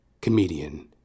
Comedian